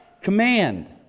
Command